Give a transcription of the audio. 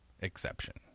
exception